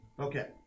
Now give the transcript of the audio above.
Okay